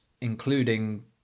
including